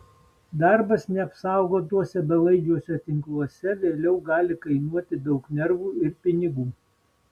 darbas neapsaugotuose belaidžiuose tinkluose vėliau gali kainuoti daug nervų ir pinigų